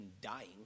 dying